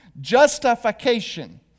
Justification